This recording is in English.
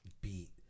beat